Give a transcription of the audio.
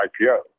IPO